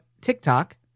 TikTok